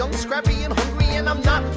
um scrappy and and and